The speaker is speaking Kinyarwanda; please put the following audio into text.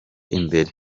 imbere